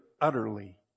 utterly